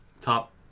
top